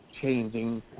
changing